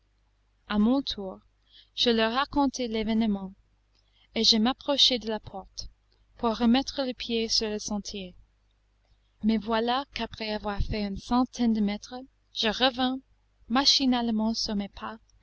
a mon tour je leur racontai l'événement et je m'approchai de la porte pour remettre le pied sur le sentier mais voilà qu'après avoir fait une centaine de mètres je revins machinalement sur mes pas